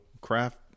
craft